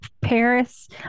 Paris